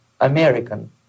American